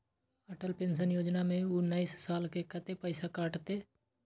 Atal pension योजना में उनैस साल के कत्ते पैसा कटते?